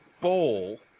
bowl